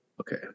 Okay